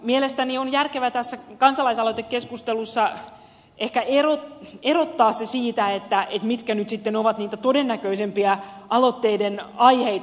mielestäni on järkevää tästä kansalaisaloitekeskustelusta ehkä erottaa se mitkä nyt sitten ovat niitä todennäköisimpiä aloitteiden aiheita